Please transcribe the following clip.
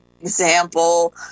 example